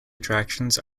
attractions